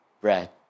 bread